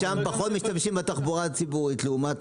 שם פחות משתמשים בתחבורה הציבורית לעומת